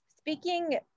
Speaking